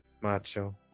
macho